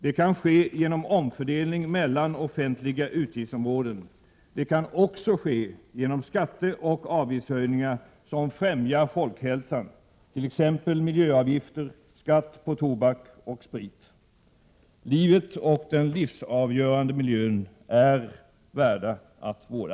Det kan ske genom omfördelning mellan offentliga utgiftsområden. Det kan också ske genom skatteoch avgiftshöjningar som främjar folkhälsan, t.ex. miljöavgifter och skatt på tobak och sprit. Livet och den livsavgörande miljön är värda att vårda.